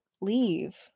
leave